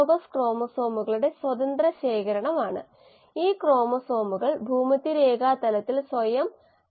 μmS1K1S1 S2K2S2 2 സബ്സ്ട്രേറ്റുകൾ ഒരേസമയം പരിമിതപ്പെടുത്തുമ്പോൾ ഈ മോഡൽ വളരെ ജനപ്രിയമാണ്